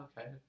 okay